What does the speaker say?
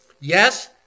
Yes